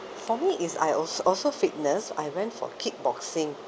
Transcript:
for me is I al~ also fitness I went for kickboxing